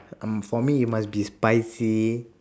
um for me it must be spicy